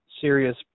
serious